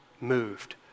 moved